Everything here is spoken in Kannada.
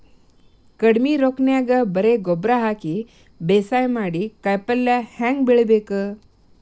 ಕಡಿಮಿ ರೊಕ್ಕನ್ಯಾಗ ಬರೇ ಗೊಬ್ಬರ ಹಾಕಿ ಬೇಸಾಯ ಮಾಡಿ, ಕಾಯಿಪಲ್ಯ ಹ್ಯಾಂಗ್ ಬೆಳಿಬೇಕ್?